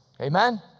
Amen